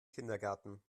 kindergarten